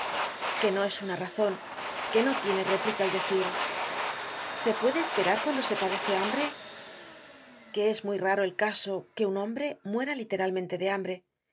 que no es una razon que no tiene réplica el decir se puede esperar cuando se padece hambre que es muy raro el caso que un hombre muere literalmente de hambre